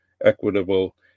equitable